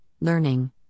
learning